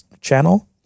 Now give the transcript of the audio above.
channel